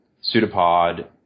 Pseudopod